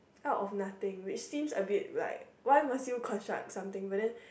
out of nothing which seems a bit why must you construct something but then